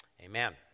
Amen